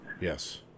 Yes